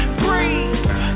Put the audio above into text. breathe